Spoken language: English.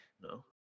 No